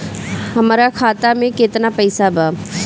हमरा खाता में केतना पइसा बा?